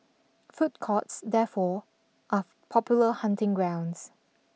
food courts therefore are popular hunting grounds